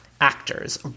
actors